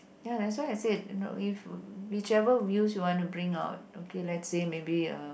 ya that's why I said no if whichever views you want to bring out okay let's say maybe uh